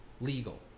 Legal